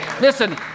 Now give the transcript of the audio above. Listen